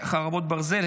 חרבות ברזל),